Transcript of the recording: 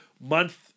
month